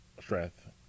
strength